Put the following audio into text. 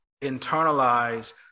internalize